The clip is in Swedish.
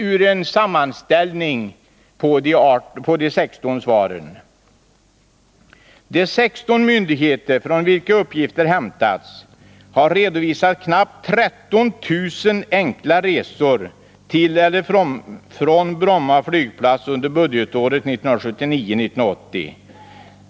I en sammanställning av de svar som lämnats heter det: ”De 16 myndigheter från vilka uppgifter hämtats, har redovisat knappt 13 000 enkla resor till eller från Bromma flygplats under budgetåret 1979/80.